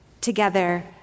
together